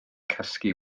cysgu